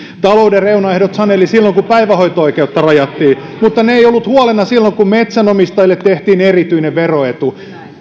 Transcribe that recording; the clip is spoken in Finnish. talouden reunaehdot sanelivat silloin kun päivähoito oikeutta rajattiin mutta ne eivät olleet huolena silloin kun metsänomistajille tehtiin erityinen veroetu